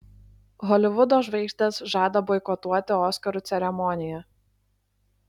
holivudo žvaigždės žada boikotuoti oskarų ceremoniją